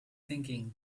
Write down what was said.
thinking